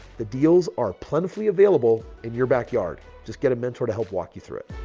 the deals are plentifully available in your backyard. just get a mentor to help walk you through it.